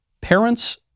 Parents